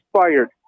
fired